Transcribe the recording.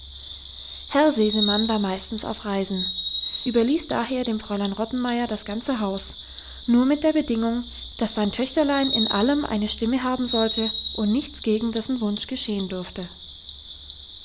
herr sesemann war meistens auf reisen überließ daher dem fräulein rottenmeier das ganze haus nur mit der bedingung dass sein töchterlein in allem eine stimme haben solle und nichts gegen dessen wunsch geschehen dürfe